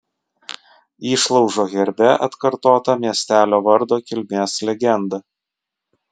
išlaužo herbe atkartota miestelio vardo kilmės legenda